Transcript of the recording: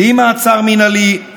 בלי מעצר מינהלי,